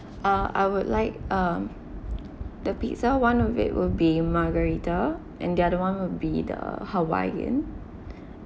uh I would like um the pizza one of it will be margarita and the other one would be the hawaiian